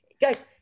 Guys